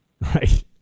Right